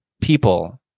people